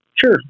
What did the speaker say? Sure